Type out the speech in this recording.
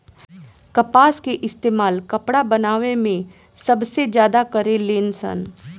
कपास के इस्तेमाल कपड़ा बनावे मे सबसे ज्यादा करे लेन सन